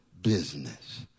business